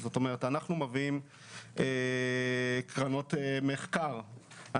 אנחנו מביאים קרנות מחקר,